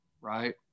right